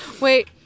Wait